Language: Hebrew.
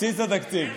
בסיס התקציב.